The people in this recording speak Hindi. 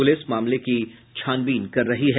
पुलिस मामले की छानबीन कर रही है